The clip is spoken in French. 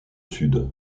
sud